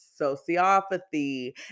sociopathy